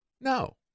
No